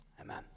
Amen